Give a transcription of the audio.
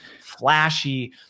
flashy